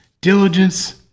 diligence